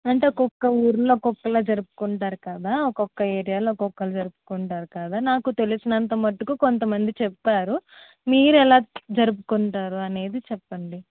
అంటే ఒకొక్క ఊరిలో ఒకొక్కలా జరుపుకుంటారు కదా ఒకొక్క ఏరియా లో ఒకోలా జరుపుకుంటారు కదా నాకు తెలిసినంత మటుకు కొంత మంది చెప్పారు మీరు ఎలా జరుపుకుంటారు అనేది చెప్పండి